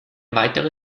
weitere